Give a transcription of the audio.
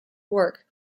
work